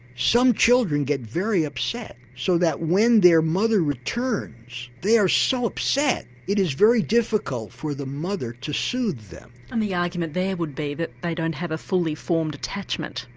some children get very upset so that when their mother returns they are so upset it is very difficult for the mother to sooth them. and the argument there would be that they don't have a fully formed attachment.